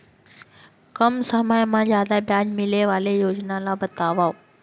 कम समय मा जादा ब्याज मिले वाले योजना ला बतावव